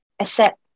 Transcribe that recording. accept